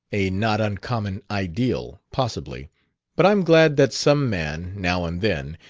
a not uncommon ideal, possibly but i'm glad that some man, now and then,